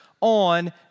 on